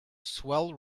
swell